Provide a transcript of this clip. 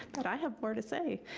and i have more to say.